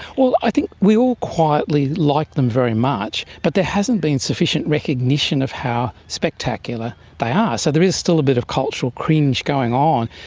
well, i think we all quietly like them very much, but there hasn't been sufficient recognition of how spectacular they are. ah so there is still a bit of cultural cringe going on.